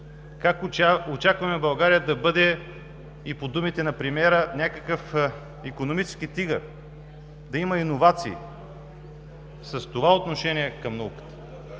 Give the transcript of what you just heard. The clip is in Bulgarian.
Как очакваме България да бъде, по думите на премиера, някакъв „икономически тигър“ – да има иновации с това отношение към науката.